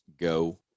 go